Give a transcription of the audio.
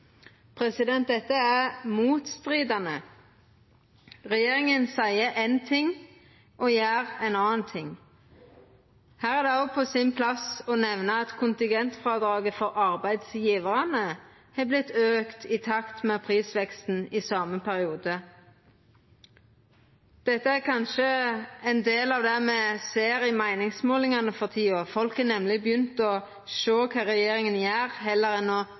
Dette er motstridande. Regjeringa seier éin ting og gjer noko anna. Her er det òg på sin plass å nemna at kontingentfrådraget for arbeidsgjevarane har vorte auka i takt med prisveksten i same periode. Dette er kanskje ein del av det me ser i meiningsmålingane for tida. Folk har nemleg begynt å sjå på kva regjeringa gjer, heller enn å